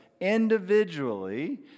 individually